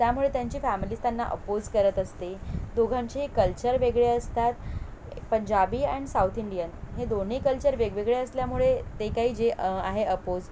त्यामुळे त्यांची फॅमिलीज त्यांना अपोज करत असते दोघांचेही कल्चर वेगळे असतात पंजाबी अँड साऊथ इंडियन हे दोन्ही कल्चर वेगवेगळे असल्यामुळे ते काही जे आहे अपोज